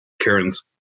Karen's